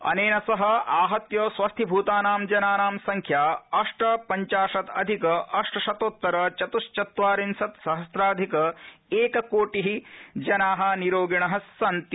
अनेन सह आहत्य स्वस्थीभूतानां जनानां संख्या अष्ट पंचाशत् अधिक अष्टशतोत्तर चतुश्चत्वार्रिशत् सहम्राधिक किकोटि जना स्वस्थीभूता सन्ति